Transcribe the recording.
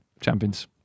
champions